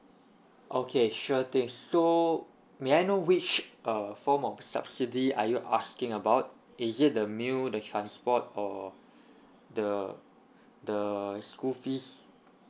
okay sure thing so may I know which uh form of subsidy are you asking about is it the meal the transport or the the school fees